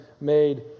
made